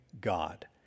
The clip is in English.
God